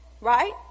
right